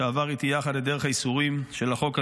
שעבר איתי יחד את דרך הייסורים של החוק הזה,